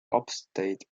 upstate